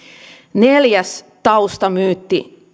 neljäs taustamyytti